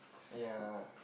ya